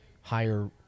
higher